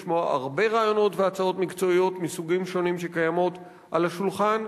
לשמוע הרבה רעיונות והצעות מקצועיות מסוגים שונים שקיימות על השולחן,